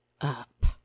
up